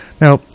Now